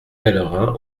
pellerin